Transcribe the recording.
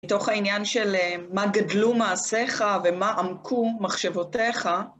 מתוך העניין של מה גדלו מעשייך ומה עמקו מחשבותיך.